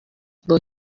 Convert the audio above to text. but